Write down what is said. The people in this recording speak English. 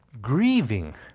grieving